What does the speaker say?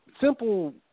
Simple